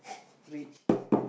rich